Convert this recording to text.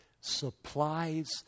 supplies